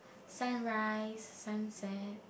sunrise sunset